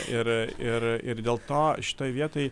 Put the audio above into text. ir ir ir dėl to šitoj vietoj